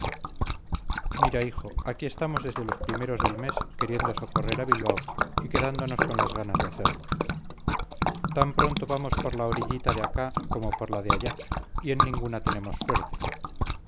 mira hijo aquí estamos desde primeros del mes queriendo socorrer a bilbao y quedándonos con las ganas de hacerlo tan pronto vamos por la orillita de acá como por la de allá y en ninguna tenemos suerte